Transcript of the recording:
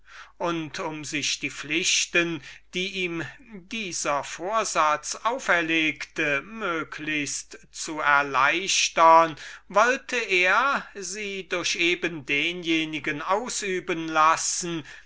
und um sich die pflichten die ihm dieser vorsatz auferlegte zu erleichtern wollte er sie durch eben denjenigen ausüben lassen